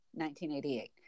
1988